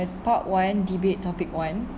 part one debate topic one